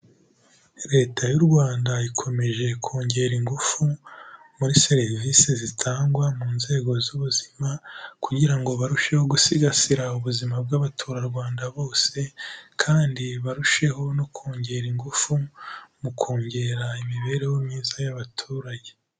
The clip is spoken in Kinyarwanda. Leta y'u Rwanda ikomeje kongera ingufu, muri serivisi zitangwa mu nzego z'ubuzima, kugira ngo barusheho gusigasira ubuzima bw'abaturarwanda bose, kandi barusheho no kongera ingufu mu kongera imibereho myiza y'abaturage.